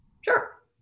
sure